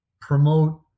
promote